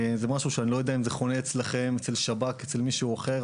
אני לא יודע אם זה חונה אצלכם או אצל השב"כ או אצל מישהו אחר,